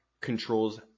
controls